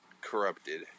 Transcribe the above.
corrupted